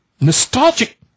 Nostalgic